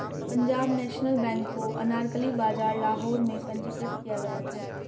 Punjab national bank को अनारकली बाजार लाहौर में पंजीकृत किया गया था